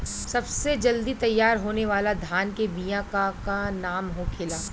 सबसे जल्दी तैयार होने वाला धान के बिया का का नाम होखेला?